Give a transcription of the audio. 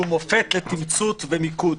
שהוא מופת לתמצות ולמיקוד.